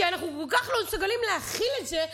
כי אנחנו כל כך לא מסוגלים להכיל את זה,